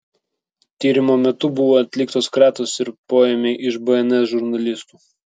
tyrimo metu buvo atliktos kratos ir poėmiai iš bns žurnalistų